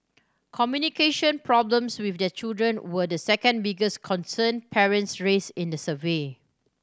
communication problems with their children were the second biggest concern parents raised in the survey